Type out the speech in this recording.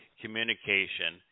communication